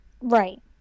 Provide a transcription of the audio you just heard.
Right